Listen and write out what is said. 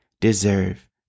deserve